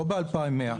לא ב-2100,